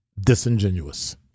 disingenuous